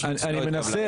אני מנסה.